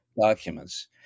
documents